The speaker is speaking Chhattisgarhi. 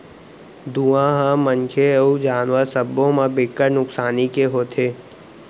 धुंआ ह मनखे अउ जानवर सब्बो म बिकट नुकसानी के होथे